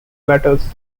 matters